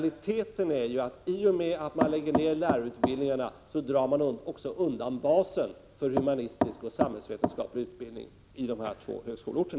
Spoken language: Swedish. I och med att man lägger ned lärarutbildningarna drar man i realiteten också undan basen för humanistisk och samhällsvetenskaplig utbildning i dessa två högskoleorter.